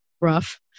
rough